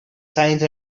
science